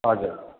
हजुर